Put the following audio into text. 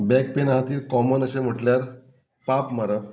back pain आहा ती common अशें म्हटल्यार पाप मारप